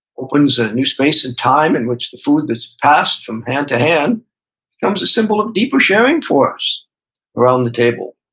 opens a new space in time in which the food that's passed from hand to hand becomes a symbol of deeper sharing for us around the table.